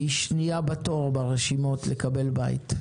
והיא שנייה בתור ברשימות לקבל בית.